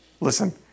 Listen